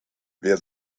wer